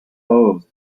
bows